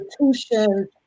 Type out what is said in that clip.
institutions